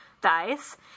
Dice